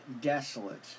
desolate